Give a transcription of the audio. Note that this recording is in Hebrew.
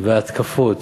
ההתקפות